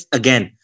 again